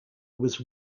was